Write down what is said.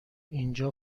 اینجا